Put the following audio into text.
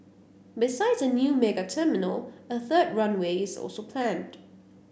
besides a new mega terminal a third runway is also planned